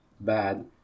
bad